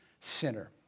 center